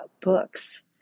books